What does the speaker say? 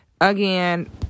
again